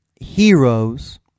heroes